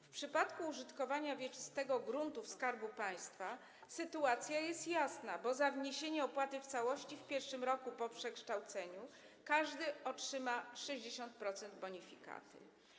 W przypadku użytkowania wieczystego gruntów Skarbu Państwa sytuacja jest jasna, bo za wniesienie opłaty w całości w pierwszym roku po przekształceniu każdy otrzyma 60% bonifikaty.